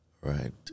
Right